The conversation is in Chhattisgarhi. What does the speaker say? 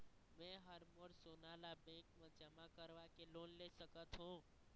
मैं हर मोर सोना ला बैंक म जमा करवाके लोन ले सकत हो?